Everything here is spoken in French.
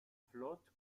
flotte